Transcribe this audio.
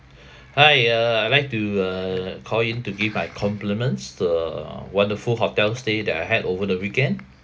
hi uh I'd like to uh call in to give my compliments to a uh wonderful hotel stay that I had over the weekend